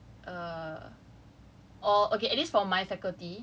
but one thing bad about online school was that err